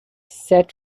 set